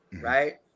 right